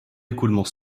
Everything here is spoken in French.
écoulement